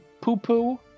Poo-poo